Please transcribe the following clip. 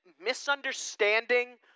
misunderstanding